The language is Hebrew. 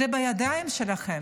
זה בידיים שלכם.